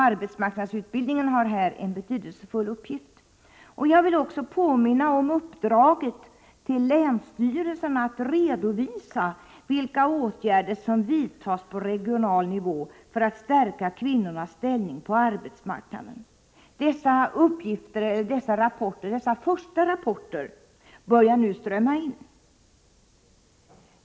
Arbetsmarknadsutbildningen har i fråga om detta en betydelsefull uppgift. Jag vill också påminna om uppdraget till länsstyrelserna att redovisa vilka åtgärder som vidtas på regional nivå för att stärka kvinnornas ställning på arbetsmarknaden. Dessa första rapporter börjar nu strömma in.